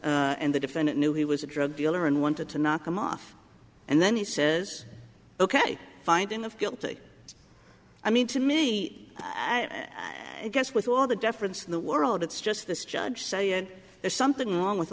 knew and the defendant knew he was a drug dealer and wanted to knock him off and then he says ok finding of guilty i mean to me i guess with all the deference in the world it's just this judge said there's something wrong with